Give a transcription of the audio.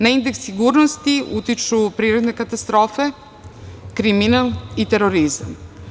Na indeks sigurnosti utiču prirodne katastrofe, kriminal i terorizam.